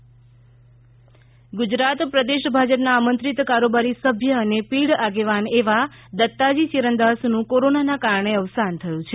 દત્તાજી ચિરંદાસ ગુજરાત પદેશ ભાજપના આમંત્રિત કારોબારી સભ્ય અને પીઢ આગેવાન એવા દત્તાજી ચિરંદાસનું કોરોનાના કારણે અવસાન થયું છે